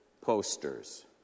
posters